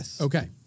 Okay